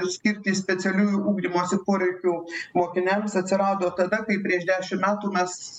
skirti specialiųjų ugdymosi poreikių mokiniams atsirado tada kai prieš dešim metų mes